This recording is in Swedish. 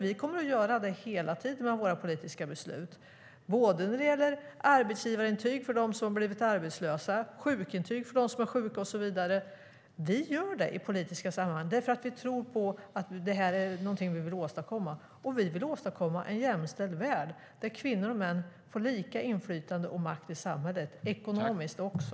Vi kommer att göra det hela tiden med våra politiska beslut, när det gäller arbetsgivarintyg för dem som blivit arbetslösa, sjukintyg för dem som är sjuka och så vidare. Vi gör det i politiska sammanhang, för vi tror att det är någonting vi vill åstadkomma. Vi vill åstadkomma en jämställd värld, där kvinnor och män får lika inflytande och makt i samhället, ekonomiskt också.